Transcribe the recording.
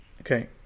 Okay